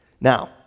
Now